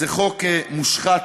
זה חוק מושחת,